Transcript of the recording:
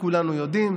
כולנו יודעים: